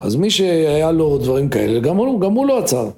אז מי שהיה לו דברים כאלה, גם הוא לא עצר.